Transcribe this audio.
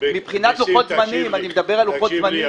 --- אני מדבר על לוחות זמנים.